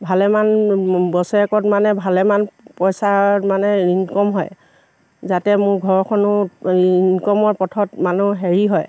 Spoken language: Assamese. ভালেমান বছৰেকত মানে ভালেমান পইচাৰ মানে ইনকম হয় যাতে মোৰ ঘৰখনো ইনকমৰ পথত মানুহ হেৰি হয়